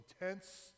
intense